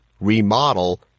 remodel